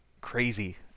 crazy